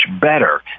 better